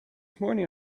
morning